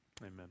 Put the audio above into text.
Amen